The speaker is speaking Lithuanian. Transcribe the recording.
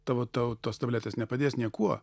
tavo tau tos tabletės nepadės niekuo